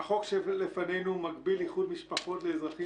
החוק שלפנינו מגביל איחוד משפחות לאזרחים